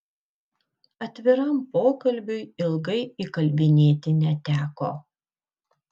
atviram pokalbiui ilgai įkalbinėti neteko